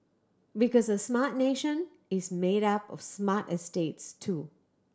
because a smart nation is made up of smart estates too